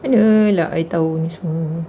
mana lah I tahu ini semua